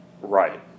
Right